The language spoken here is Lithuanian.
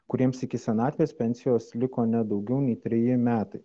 kuriems iki senatvės pensijos liko ne daugiau nei treji metai